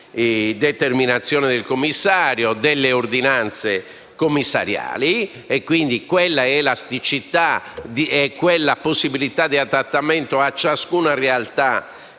determinazione del commissario, delle ordinanze commissariali, e quindi quella elasticità e quella possibilità di adattamento a ciascuna realtà